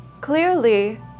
Clearly